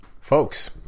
Folks